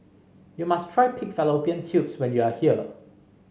you must try Pig Fallopian Tubes when you are here